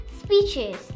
speeches